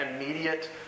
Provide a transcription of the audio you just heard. immediate